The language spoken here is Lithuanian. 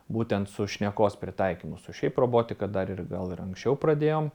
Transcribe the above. būtent su šnekos pritaikymu su šiaip robotika dar ir gal ir anksčiau pradėjom